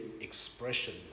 expression